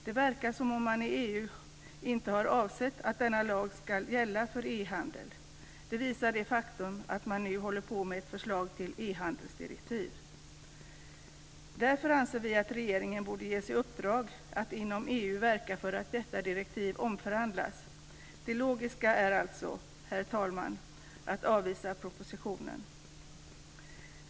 Det verkar som om man i EU inte har avsett att denna lag ska gälla för e-handel. Det visar det faktum att man nu håller på med ett förslag till ehandelsdirektiv. Därför anser vi att regeringen borde ges i uppdrag att inom EU verka för att detta direktiv omförhandlas. Det logiska är alltså, herr talman, att avvisa propositionen.